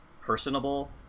personable